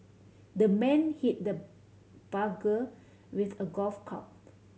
the man hit the with a golf